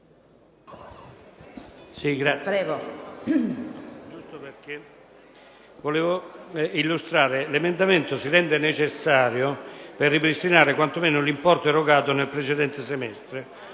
Presidente, l'emendamento 1.1 si rende necessario per ripristinare quanto meno l'importo erogato nel precedente semestre